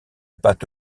pâte